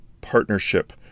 partnership